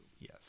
Yes